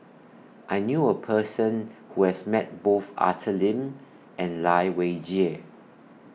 I knew A Person Who has Met Both Arthur Lim and Lai Weijie